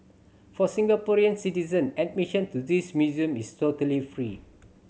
for Singaporean citizen admission to this museum is totally free